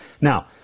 Now